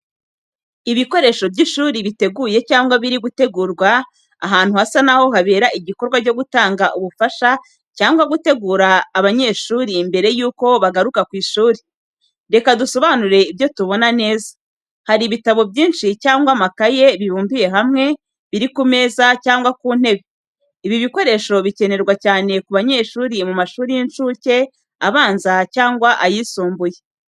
Ibikoresho by’ishuri biteguye cyangwa biri gutegurwa, ahantu hasa n’aho habera igikorwa cyo gutanga ubufasha cyangwa gutegura abanyeshuri mbere y’uko bagaruka ku ishuri. Reka dusobanure ibyo tubona neza: Hari ibitabo byinshi cyangwa amakaye bibumbiye hamwe, biri ku meza cyangwa ku ntebe. Ibi bikoresho bikenerwa cyane ku banyeshuri mu mashuri y’incuke, abanza cyangwa ayisumbuye.